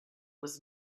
was